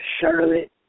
Charlotte